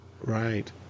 Right